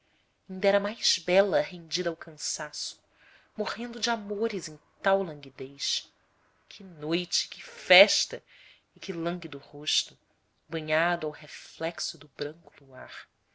inda era mais bela rendida ao cansaço morrendo de amores em tal languidez que noite e que festa e que lânguido rosto banhado ao reflexo do branco luar a neve do